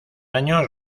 años